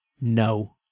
No